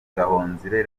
gahonzire